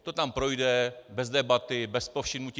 To tam projde bez debaty, bez povšimnutí.